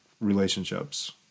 relationships